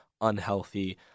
unhealthy